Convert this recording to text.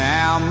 Now